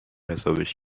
حسابش